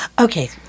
Okay